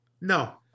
No